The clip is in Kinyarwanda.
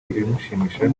ibimushimisha